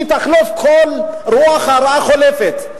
כל רוח רעה חולפת.